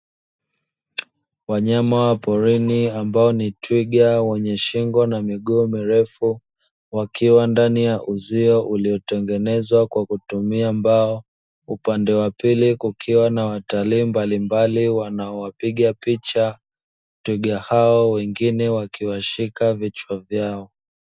Wanyama wa porini ambao ni twiga wenye shingo na miguu mirefu wakiwa ndani ya uzio uliotengenezwa kwa kutumia mbao, upande wa pili kukiwa na watalii mbalimbali wanaowapiga picha twiga hao wengine wakiwashika vichwa vyao.